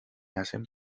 hacen